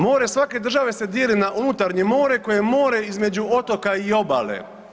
More svake države se dijeli na unutarnje more, koje je more između otoka i obale.